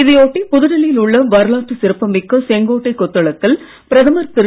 இதை ஒட்டி புதுடில்லியில் உள்ள வரலாற்றுச் சிறப்பு மிக்க செங்கோட்டை கொத்தளத்தில் பிரதமர் திரு